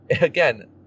again